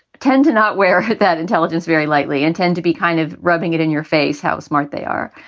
tend to not wear that intelligence very lightly and tend to be kind of rubbing it in your face how smart they are